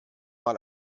mal